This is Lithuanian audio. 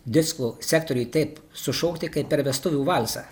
disko sektoriuj taip sušokti kaip per vestuvių valsą